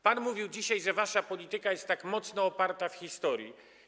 Pan mówił dzisiaj, że wasza polityka jest tak mocno oparta na historii.